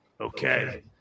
Okay